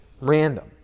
random